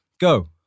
Go